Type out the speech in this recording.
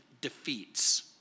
defeats